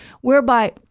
whereby